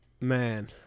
Man